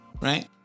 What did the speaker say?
Right